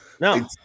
no